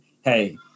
Hey